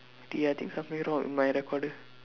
dey I think something wrong with my recorder